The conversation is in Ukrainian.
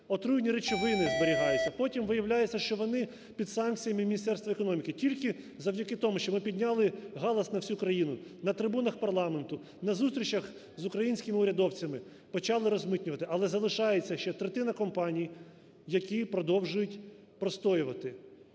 отруйні речовини зберігаються, потім виявляється, що вони під санкціями Міністерства економіки. Тільки завдяки тому, що ми підняли галас на всю країну на трибунах парламенту, на зустрічах з українськими урядовцями, почали розмитнювати, але залишається ще третина компаній, які продовжують простоювати.